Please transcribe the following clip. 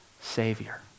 savior